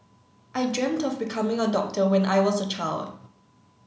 I dreamt of becoming a doctor when I was a child